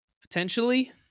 Potentially